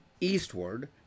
eastward